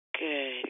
Good